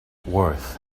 worth